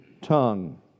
tongue